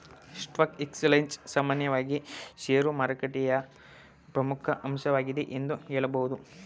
stock exchange ಸಾಮಾನ್ಯವಾಗಿ ಶೇರುಮಾರುಕಟ್ಟೆಯ ಪ್ರಮುಖ ಅಂಶವಾಗಿದೆ ಎಂದು ಹೇಳಬಹುದು